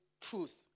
truth